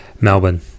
Melbourne